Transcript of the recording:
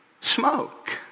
smoke